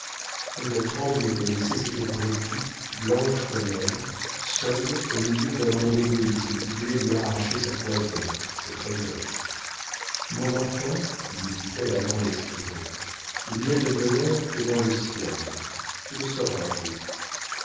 elle tremblait de laisser cette brebis blanche comme elle seule au milieu d'un monde égoïste qui voulait lui arracher sa toison ses trésors mon enfant lui dit-elle avant d'expirer il n'y a de bonheur que dans le ciel tu le sauras un jour